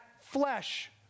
flesh